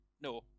no